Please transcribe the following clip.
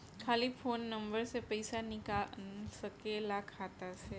खाली phone number से पईसा निकल सकेला खाता से?